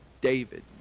David